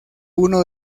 uno